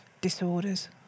disorders